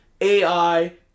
AI